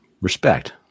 respect